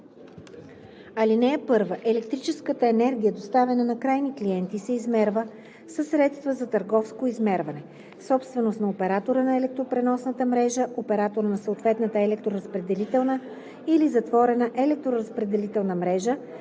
така: „(1) Електрическата енергия, доставена на крайни клиенти, се измерва със средства за търговско измерване – собственост на оператора на електропреносната мрежа, оператора на съответната електроразпределителна или затворена електроразпределителна мрежа,